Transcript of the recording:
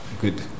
good